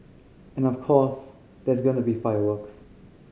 and of course there's going to be fireworks